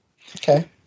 Okay